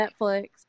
Netflix